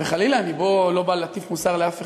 וחלילה, אני לא בא להטיף מוסר לאף אחד,